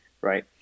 right